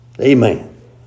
Amen